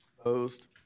Opposed